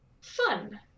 fun